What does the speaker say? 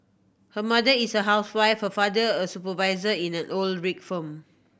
her mother is a housewife her father a supervisor in an oil rig firm